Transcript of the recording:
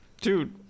dude